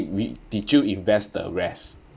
did you invest the rest